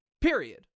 period